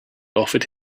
offered